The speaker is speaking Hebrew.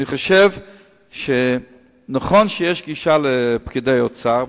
אני חושב שנכון שיש גישה לפקידי האוצר,